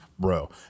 Bro